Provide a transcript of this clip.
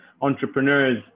entrepreneurs